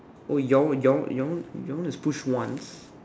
oh your one your one your one your one is push once